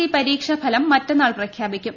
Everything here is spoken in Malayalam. സി പരീക്ഷാഫലം മറ്റന്നാൾ പ്രഖ്യാപിക്കും